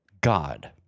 God